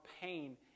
pain